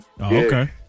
okay